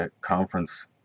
conference